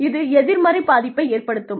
இது எதிர்மறை பாதிப்பை ஏற்படுத்தும்